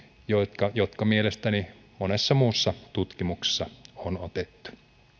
jotka jotka mielestäni monessa muussa tutkimuksessa on otettu